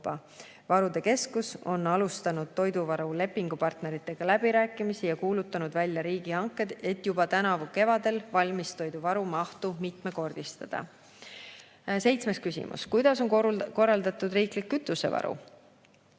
Varude keskus on alustanud toiduvaru lepingupartneritega läbirääkimisi ja kuulutanud välja riigihanked, et juba tänavu kevadel valmistoiduvaru mahtu mitmekordistada. Seitsmes küsimus: "Kuidas on korraldatud riiklik kütusevaru?"